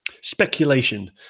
speculation